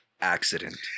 accident